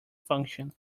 function